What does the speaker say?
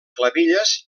clavilles